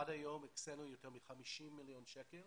עד היום הקצינו יותר מ-50 מיליון שקלים